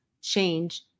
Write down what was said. change